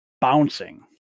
bouncing